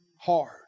Hard